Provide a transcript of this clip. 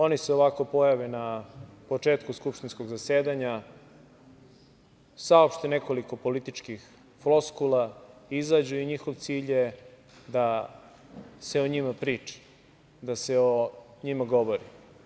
Oni se ovako pojave na početku skupštinskog zasedanja, saopšte nekoliko političkih floskula, izađu i njihov cilj je da se o njima priča, da se o njima govori.